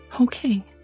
Okay